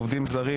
עובדים זרים,